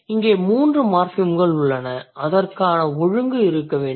இங்கே 3 மார்ஃபிம்கள் உள்ளன அதற்கான ஒழுங்கு இருக்க வேண்டும்